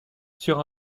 sur